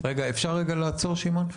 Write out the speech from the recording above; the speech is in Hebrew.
אפשר רגע לעצור שמעון?